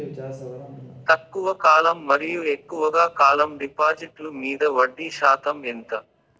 తక్కువ కాలం మరియు ఎక్కువగా కాలం డిపాజిట్లు మీద వడ్డీ శాతం ఎంత?